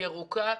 ירוקה,